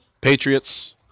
Patriots